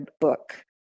book